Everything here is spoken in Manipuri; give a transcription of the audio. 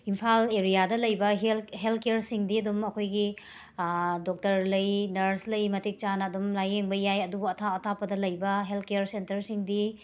ꯏꯝꯐꯥꯜ ꯑꯦꯔꯤꯌꯥꯗ ꯂꯩꯕ ꯍꯦꯜ ꯍꯦꯜ ꯀ꯭ꯌꯔꯁꯤꯡꯗꯤ ꯑꯗꯨꯝ ꯑꯩꯈꯣꯏꯒꯤ ꯗꯣꯛꯇꯔ ꯂꯩ ꯅꯔꯁ ꯂꯩ ꯃꯇꯤꯛ ꯆꯥꯅ ꯑꯗꯨꯝ ꯂꯥꯏꯌꯦꯡꯕ ꯌꯥꯏ ꯑꯗꯨꯕꯨ ꯑꯊꯥꯞ ꯑꯊꯥꯞꯄꯗ ꯂꯩꯕ ꯍꯦꯜ ꯀ꯭ꯌꯔ ꯁꯦꯟꯇꯠꯁꯤꯡꯗꯤ